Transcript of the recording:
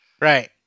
Right